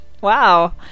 wow